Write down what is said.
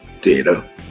data